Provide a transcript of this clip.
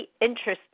interesting